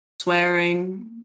swearing